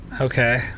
Okay